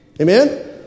Amen